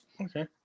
Okay